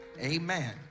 amen